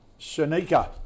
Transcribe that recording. Shanika